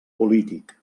polític